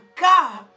God